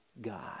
God